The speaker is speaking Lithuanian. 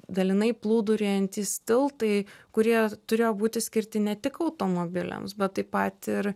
dalinai plūduriuojantys tiltai kurie turėjo būti skirti ne tik automobiliams bet taip pat ir